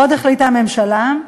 עוד החליטה הממשלה,